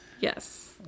yes